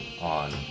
on